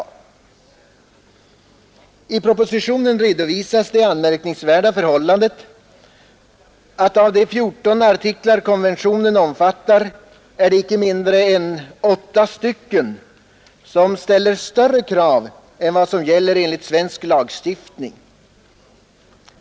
I propositionen redovisats det anmärkningsvärda förhållandet att av de 14 artiklar konventionen omfattar ställer inte mindre än 8 större krav än som gäller enligt svensk lagstiftning.